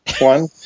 one